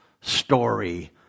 story